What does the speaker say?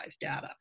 data